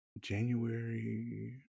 January